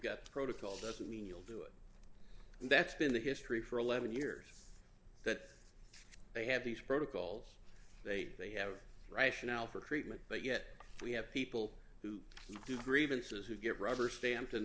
the protocol doesn't mean you'll do it and that's been the history for eleven years that they have these protocols they they have rationale for treatment but yet we have people who do grievances who get rubber stamp